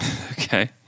Okay